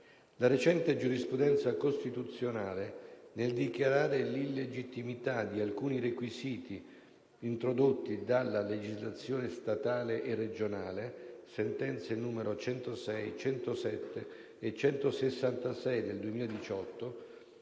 La recente giurisprudenza costituzionale, nel dichiarare l'illegittimità di alcuni requisiti introdotti dalla legislazione statale e regionale, con le sentenze nn. 106, 107 e 166 del 2018,